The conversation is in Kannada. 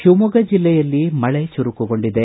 ಶಿವಮೊಗ್ಗ ಜಿಲ್ಲೆಯಲ್ಲಿ ಮಳೆ ಚುರುಕುಗೊಂಡಿದೆ